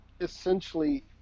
essentially